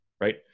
Right